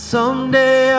Someday